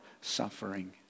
suffering